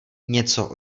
něco